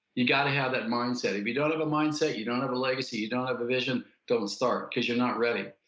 you got to have that mindset if you don't have a mindset, you don't have a legacy, you don't have a vision, don't start because you're not ready.